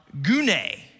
gune